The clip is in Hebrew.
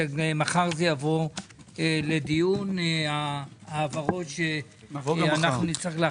ומחר זה יבוא לדיון בהעברות שאנחנו נצטרך לעשות.